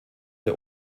der